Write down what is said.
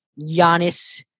Giannis